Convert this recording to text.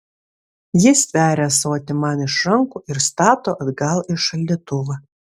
ji stveria ąsotį man iš rankų ir stato atgal į šaldytuvą